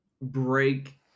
break